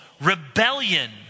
rebellion